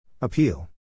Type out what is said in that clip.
Appeal